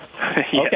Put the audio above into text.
Okay